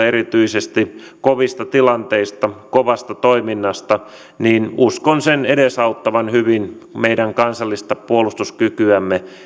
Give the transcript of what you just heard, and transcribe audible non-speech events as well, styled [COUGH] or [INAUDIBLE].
[UNINTELLIGIBLE] erityisesti johtajakokemusta kovista tilanteista ja kovasta toiminnasta niin uskon sen edesauttavan hyvin meidän kansallista puolustuskykyämme